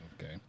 Okay